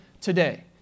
today